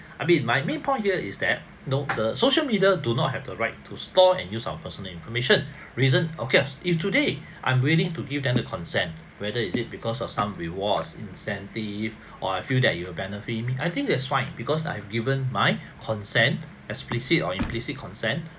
I mean my main point here is that no the social media do not have the right to store and use our personal information reason okay if today I'm willing to give them the consent whether is it because of some reward or incentive or I feel that you will benefit me I think that's fine because I've given my consent explicit or implicit consent